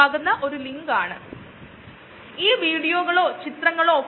അതിനാൽ ഉൽപനത്തിൽ നിന്നും മറ്റു വസ്തുക്കൾ നീക്കം ചെയുകയും അത് മാത്രമാകുക്കയും വേണം